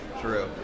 True